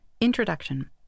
Introduction